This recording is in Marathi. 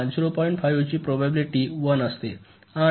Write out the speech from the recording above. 5 ची प्रोबॅबिलिटी 1 असते आणि 0